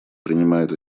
принимает